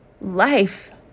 life